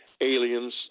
aliens